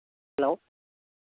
hello